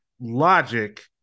logic